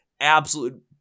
absolute